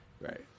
right